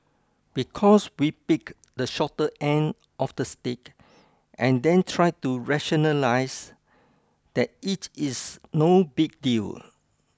because we picked the shorter end of the stick and then tried to rationalise that it is no big deal